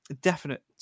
definite